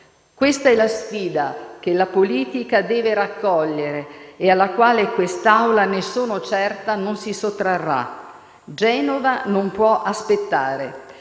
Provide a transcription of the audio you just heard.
Questa è la sfida che la politica deve raccogliere e alla quale quest'Aula, ne sono certa, non si sottrarrà. Genova non può aspettare;